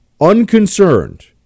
unconcerned